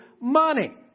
money